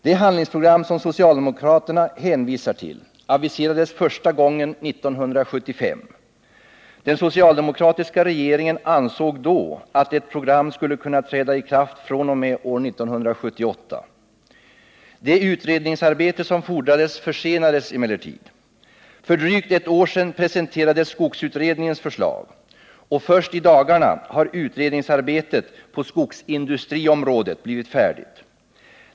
Det handlingsprogram som socialdemokraterna hänvisar till aviserades första gången 1975. Den socialdemokratiska regeringen ansåg då att ett program skulle kunna träda i kraft fr.o.m. år 1978. Det utredningsarbete som fordrades försenades emellertid. För drygt ett år sedan presenterades skogsutredningens förslag och först i dagarna har utredningsarbetet på skogsindustriområdet blivit färdigt.